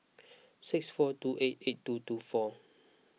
six four two eight eight two two four